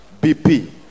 BP